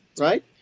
right